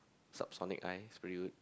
Subsonic I is pretty good